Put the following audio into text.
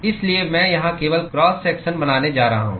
इसलिए मैं यहां केवल क्रॉस सेक्शन बनाने जा रहा हूं